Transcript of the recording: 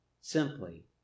simply